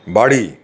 বাড়ি